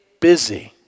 busy